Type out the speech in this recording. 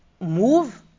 move